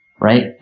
right